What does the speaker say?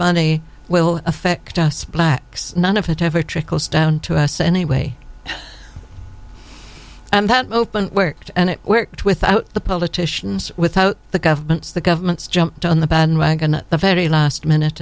money will affect us blacks none of it if it trickles down to us anyway that open worked and it worked with the politicians without the governments the governments jumped on the bandwagon the very last minute